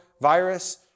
virus